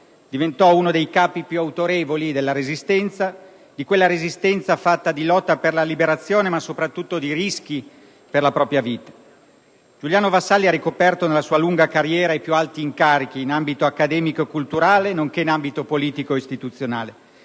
diventò uno dei capi più autorevoli della Resistenza, di quella Resistenza fatta di lotta per la liberazione, ma soprattutto di rischi per la propria vita. Giuliano Vassalli ha ricoperto nella sua lunga carriera i più alti incarichi in ambito accademico e culturale, nonché in ambito politico e istituzionale.